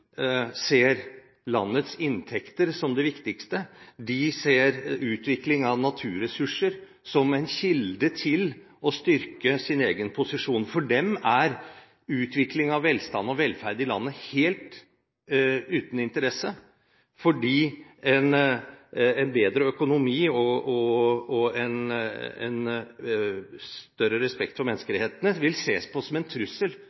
ser landets inntekter som det viktigste. De ser utvinning av naturressurser som en kilde til å styrke sin egen posisjon. For dem er utvikling av velstand og velferd i landet helt uten interesse, fordi en bedre økonomi og en større respekt for menneskerettighetene vil bli sett på som en trussel